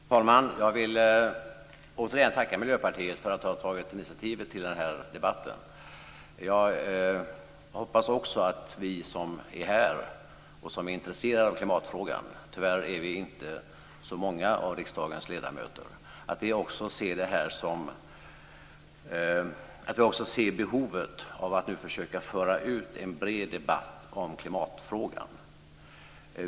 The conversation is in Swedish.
Fru talman! Jag vill återigen tacka Miljöpartiet för att ha tagit initiativet till den här debatten. Jag hoppas också att vi som är här och som är intresserade av klimatfrågan - tyvärr är vi inte så många av riksdagens ledamöter - också ser behovet av att nu försöka föra ut en bred debatt om klimatfrågan.